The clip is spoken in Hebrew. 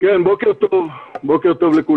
בוקר טוב לכולם.